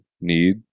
need